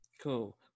Cool